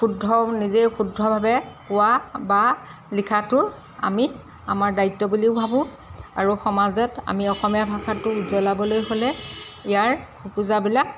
শুদ্ধ নিজে শুদ্ধভাৱে কোৱা বা লিখাটো আমি আমাৰ দায়িত্ব বুলিও ভাবোঁ আৰু সমাজত আমি অসমীয়া ভাষাটো উজ্জ্বলাবলৈ হ'লে ইয়াৰ খোকোজাবিলাক